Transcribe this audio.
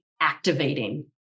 activating